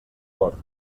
fort